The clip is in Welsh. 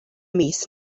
mis